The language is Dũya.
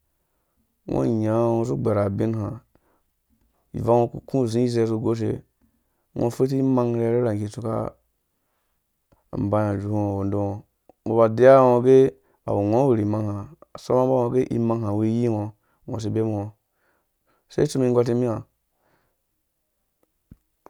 Ungo inya uzi igber abin ha ivang ngo uku uku uzi izɛ ugoshe ungo ufɛti imang irhirhera ngge utsu ru ubai ajuhu wono ngo umbɔ aba deyango age awu ungo uwuri imang ha asomambɔ ungo age imang ha iwu iyi nga ungo usi ibemungo use utsu umum igɔr nimia?.